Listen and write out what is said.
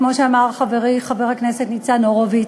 כמו שאמר חברי חבר הכנסת ניצן הורוביץ,